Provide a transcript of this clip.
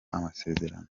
amasezerano